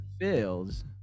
fails